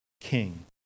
king